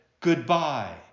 goodbye